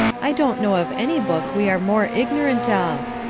i don't know of any book we are more ignorant of.